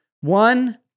One